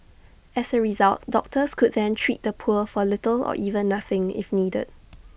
as A result doctors could then treat the poor for little or even nothing if needed